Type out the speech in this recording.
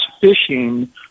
fishing